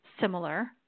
similar